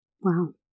Wow